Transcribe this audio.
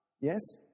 Yes